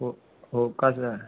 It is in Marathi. हो हो का सर